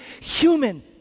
human